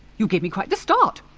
you gave me quite the start!